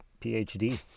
PhD